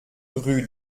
rue